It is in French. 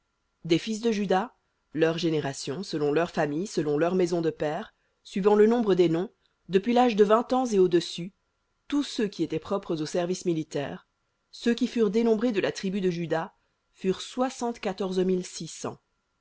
des fils de juda leurs générations selon leurs familles selon leurs maisons de pères suivant le nombre des noms depuis l'âge de vingt ans et au-dessus tous ceux qui étaient propres au service militaire ceux qui furent dénombrés de la tribu de juda furent